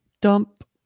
dump